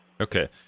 Okay